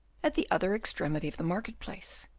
at the other extremity of the market-place.